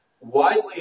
widely